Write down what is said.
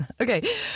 Okay